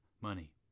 money